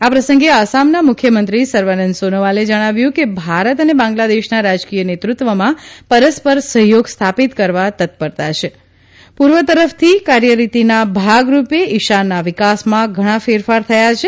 આ પ્રસંગે આસામના મુખ્યમંત્રી સર્વાનંદ સોનોવાલે જણાવ્યું કે ભારત અને બાંગ્લાદેશના રાજકીય નેતૃત્વમાં પરસ્પર સહયોગ સ્થાપિત કરવા તત્પરતા છે પૂર્વ તરફની કાર્યરીતીના ભાગરૂપે ઇશાનના વિકાસમાં ઘણા ફેરફાર થયા છે